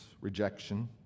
rejection